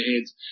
heads